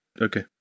okay